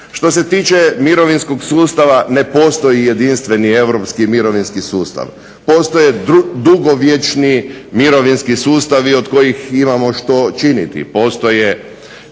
Što se tiče mirovinskog sustava ne postoji jedinstveni europski mirovinski sustav. Postoje dugovječni mirovinski sustavi od kojih imamo što činiti, postoje